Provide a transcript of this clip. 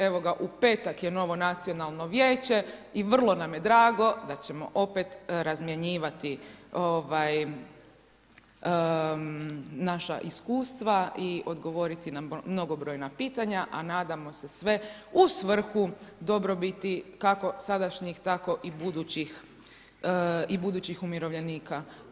Evo ga u petak je novo Nacionalno vijeće i vrlo nam je drago da ćemo opet razmjenjivati naša iskustva i odgovoriti na mnogobrojna pitanja, a nadamo se sve u svrhu dobrobiti kako sadašnjih tako i budućih umirovljenika.